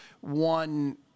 one